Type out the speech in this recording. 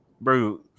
bro